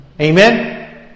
Amen